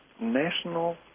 national